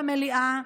במליאה,